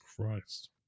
Christ